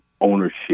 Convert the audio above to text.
ownership